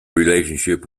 relationship